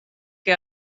que